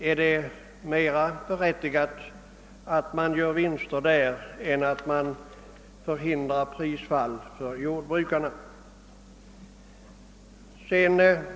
är det mer berättigat att dessa gör vinster än att söka förhindra prisfall för jordbrukarna?